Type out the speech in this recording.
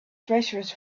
treacherous